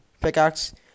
pickaxe